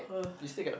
ugh